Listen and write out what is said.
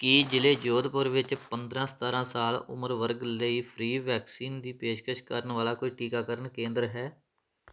ਕੀ ਜ਼ਿਲ੍ਹੇ ਜੋਧਪੁਰ ਵਿੱਚ ਪੰਦਰ੍ਹਾਂ ਸਤਾਰ੍ਹਾਂ ਸਾਲ ਉਮਰ ਵਰਗ ਲਈ ਫ੍ਰੀ ਵੈਕਸੀਨ ਦੀ ਪੇਸ਼ਕਸ਼ ਕਰਨ ਵਾਲਾ ਕੋਈ ਟੀਕਾਕਰਨ ਕੇਂਦਰ ਹੈ